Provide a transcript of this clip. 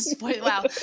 Wow